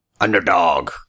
underdog